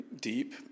deep